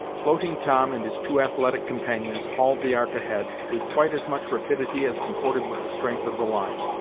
floating tom and his two athletic companions hauled the ark ahead with quite as much rapidity as comported with the strength of the line.